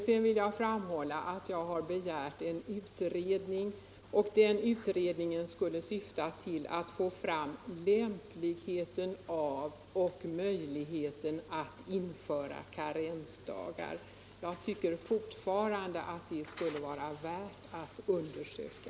Sedan vill jag framhålla att jag har begärt en utredning, och den utredningen skulle syfta till att undersöka lämpligheten av och möjligheten att införa karensdagar. Jag tycker fortfarande att det skulle vara värt att undersöka.